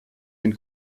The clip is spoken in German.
den